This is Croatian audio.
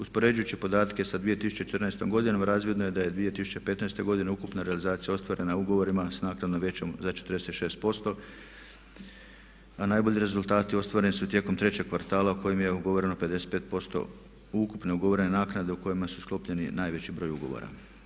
Uspoređujući podatke sa 2014. godinom razvidno je da je 2015. godine ukupna realizacija ostvarena ugovorima s naknadom većom za 46% a najbolji rezultati ostvareni su tijekom trećeg kvartala u kojem je ugovoreno 55% ukupne ugovorene naknade o kojima su sklopljeni najveći broj ugovora.